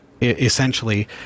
essentially